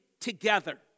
together